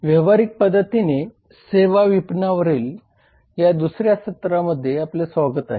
व्यावहारिक पध्दतीने सेवा विपणनावरील दुसर्या सत्रामध्ये आपले स्वागत आहे